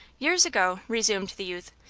years ago, resumed the youth,